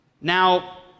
Now